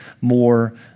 more